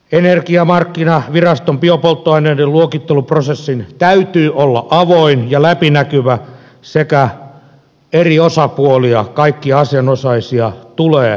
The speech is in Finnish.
energiamarkkinaviraston biopolttoaineiden luokitteluprosessin täytyy olla avoin ja läpinäkyvä ja eri osapuolia kaikkia asianosaisia tulee kuunnella